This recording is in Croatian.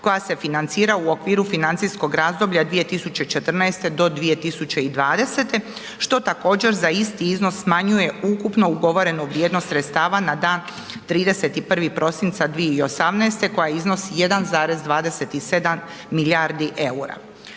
koja se financira u okviru financijskog razdoblja 2014. do 2020. što također za isti iznos smanjuje ukupnu ugovorenu vrijednost sredstava na dan 31. prosinca 2018. koja iznosi 1,27 milijardi EUR-a.